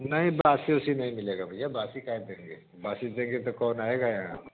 नहीं बासी वासी नहीं मिलेगा भैया बासी काहे देंगे बासी देंगे तो कौन आएगा यहाँ